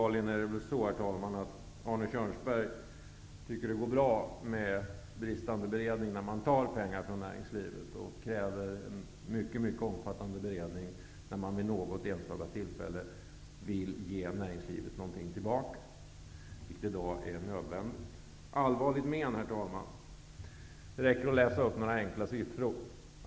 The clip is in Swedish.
Arne Kjörnsberg tycker uppenbarligen att det går bra med bristande beredning när man tar pengar från näringslivet men kräver en mycket omfattande beredning när man vid något enstaka tillfälle vill ge närigslivet någonting tillbaka, vilket i dag är nödvändigt. Herr talman! Beträffande ''allvarligt men'' räcker det med att läsa upp några siffror.